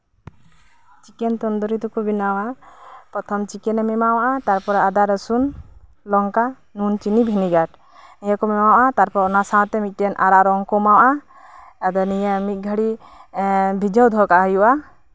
chicken tandoori ᱫᱚᱠᱚ ᱵᱮᱱᱟᱣᱟ ᱯᱨᱚᱛᱷᱚᱢ ᱪᱤᱠᱮᱱᱮᱢ ᱮᱢᱟᱣᱟᱜᱼᱟ ᱛᱟᱨᱯᱚᱨᱮ ᱟᱫᱟ ᱨᱚᱥᱩᱱ ᱞᱚᱝᱠᱟ ᱱᱩᱱ ᱪᱤᱱᱤ ᱵᱷᱤᱱᱤᱜᱟᱨ ᱱᱤᱭᱟᱹ ᱠᱚᱢ ᱮᱢᱟᱣᱟᱜᱼᱟ ᱛᱟᱨᱯᱚᱨ ᱚᱱᱟ ᱥᱟᱶᱛᱮ ᱢᱤᱫᱴᱮᱱ ᱟᱨᱟᱜ ᱨᱚᱝ ᱠᱚ ᱮᱢᱟᱣᱟᱜᱼᱟ ᱟᱫᱚ ᱱᱤᱭᱟᱹ ᱢᱤᱫ ᱜᱷᱟᱹᱲᱤ ᱵᱷᱤᱡᱟᱹᱣ ᱫᱚᱦᱚ ᱠᱟᱜ ᱦᱩᱭᱩᱜᱼᱟ